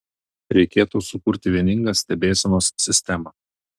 reikėtų sukurti vieningą stebėsenos sistemą